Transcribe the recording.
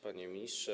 Panie Ministrze!